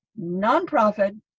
nonprofit